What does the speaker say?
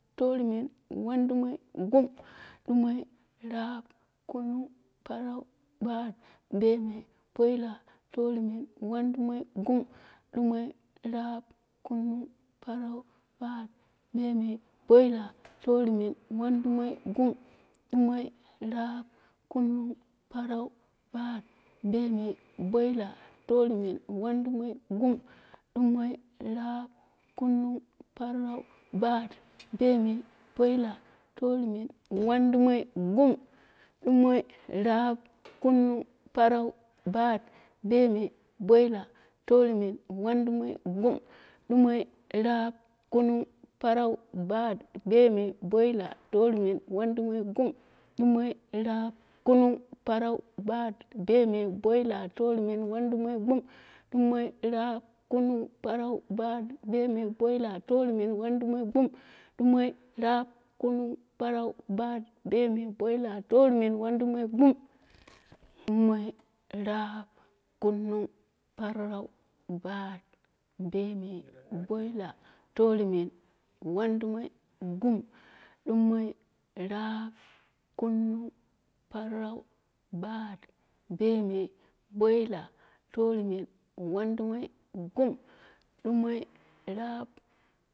Torumen, wanɗumoi, gum. Dumoi, rap, kunung, parau, bat, bemei, boila torumen, wandumoi, gum. Dumoi, rap, kunung, parau, bat, bemei, boila torumen, wandumoi, gum. Dumoi, rap, kunung, parau, bat, bemei, boila torumen, wandumoi, gum. dumoi, rap, kunung, parau, bat, bemei, boila torumen, wandumoi, gum. Dumoi, rap, kunung, parau, bat, bemei, boila torumen, wandumoi, gum. Dumoi, rap, kunung, parau, bat, bemei, boila torumen, wandumoi, gum. Dumoi, rap, kunung, parau, bat, bemei, boila torumen, wandumoi, gum. Dumoi, rap, kunung, parau, bat, bemei, boila torumen, wandumoi, gum. Dumoi, rap, kunung, parau, bat, bemei, boila torumen, wandumoi, gum. Dumoi, rap, kunung, parau, bat, bemei, boila torumen, wandumoi, gum. Dumoi, rap, kunung, parau, bat, bemei, boila torumen, wandumoi, gum. Dumai, rap